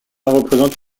représente